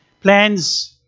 plans